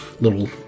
little